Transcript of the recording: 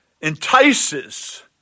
entices